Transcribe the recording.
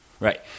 Right